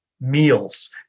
meals